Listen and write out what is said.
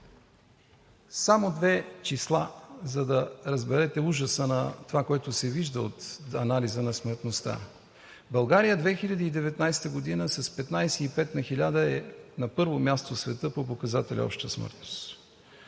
Само две числа, за да разберете ужаса на това, което се вижда от анализа на смъртността. България през 2019 г. с 15,5 на 1000 е на първо място в света по показателя обща смъртност.